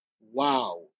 wow